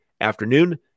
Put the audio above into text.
afternoon